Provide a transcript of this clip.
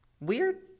Weird